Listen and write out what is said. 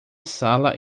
sala